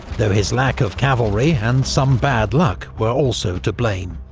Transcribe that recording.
though his lack of cavalry and some bad luck were also to blame.